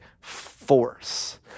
force